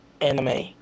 anime